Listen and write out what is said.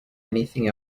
anything